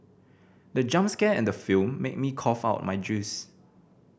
the jump scare in the film made me cough out my juice